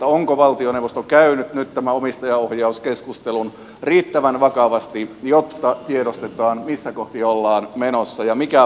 onko valtioneuvosto käynyt nyt tämän omistajaohjauskeskustelun riittävän vakavasti jotta tiedostetaan missä kohti ollaan menossa ja mikä valtion vastuu on